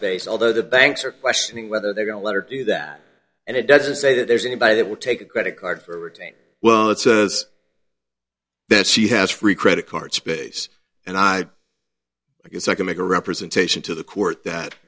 space although the banks are questioning whether they're going to let her do that and it doesn't say that there's anybody that would take a credit card or retain well it says that she has free credit card space and i guess i can make a representation to the court that